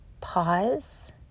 Pause